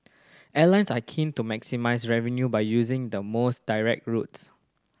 airlines are keen to maximise revenue by using the most direct routes